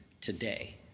today